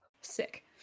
Sick